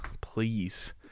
please